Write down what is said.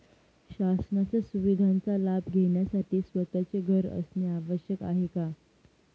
शासनाच्या सुविधांचा लाभ घेण्यासाठी स्वतःचे घर असणे आवश्यक आहे का?